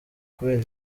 kubera